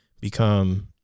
become